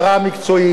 ההשכלה,